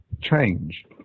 change